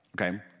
okay